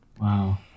Wow